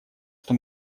что